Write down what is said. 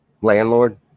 Landlord